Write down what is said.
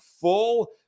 full